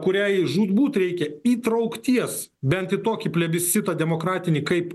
kuriai žūtbūt reikia įtraukties bent į tokį plebiscitą demokratinį kaip